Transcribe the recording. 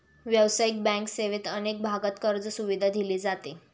व्यावसायिक बँक सेवेत अनेक भागांत कर्जसुविधा दिली जाते